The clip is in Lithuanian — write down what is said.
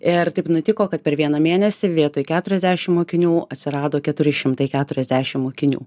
ir taip nutiko kad per vieną mėnesį vietoj keturiasdešim mokinių atsirado keturi šimtai keturiasdešim mokinių